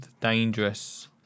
dangerous